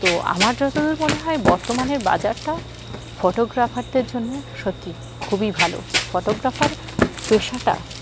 তো আমার যতদূর মনে হয় বর্তমানের বাজারটা ফটোগ্রাফারদের জন্যে সত্যি খুবই ভালো ফটোগ্রাফার পেশাটা